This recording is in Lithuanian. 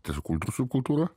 tiesiog subkultūra